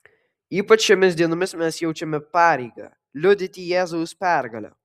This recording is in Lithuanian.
ypač šiomis dienomis mes jaučiame pareigą liudyti jėzaus pergalę